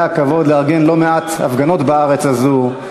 היה הכבוד לארגן לא מעט הפגנות בארץ הזאת,